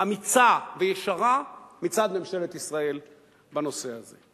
אמיצה וישרה מצד ממשלת ישראל בנושא הזה.